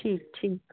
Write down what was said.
ਠੀਕ ਠੀਕ